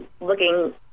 looking